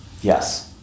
Yes